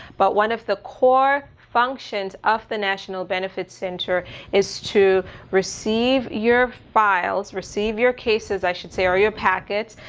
but one of the core functions of the national benefits center is to receive your files, receive your cases i should say, or your packet,